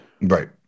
Right